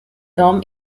tom